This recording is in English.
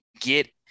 get